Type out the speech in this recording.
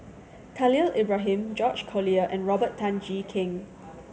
Khalil Ibrahim George Collyer and Robert Tan Jee Keng